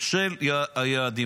של היעדים.